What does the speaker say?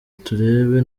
turebe